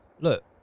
Look